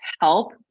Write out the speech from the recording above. help